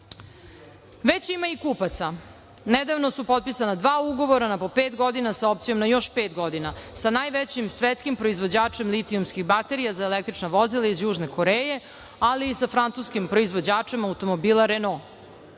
Već ima i kupaca. Nedavno su potpisana dva ugovora na po pet godina, sa opcijom na još pet godina, sa najvećim svetskim proizvođačem litijumskih baterija za električna vozila iz Južne Koreje, ali i sa francuskim proizvođačem automobila